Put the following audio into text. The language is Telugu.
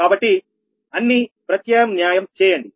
కాబట్టి అన్ని ప్రత్యామ్న్యాయం చేయండి